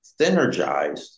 synergized